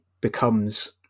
becomes